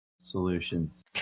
solutions